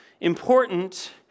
important